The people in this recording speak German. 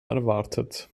erwartet